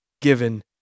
given